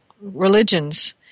religions